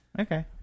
Okay